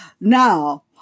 Now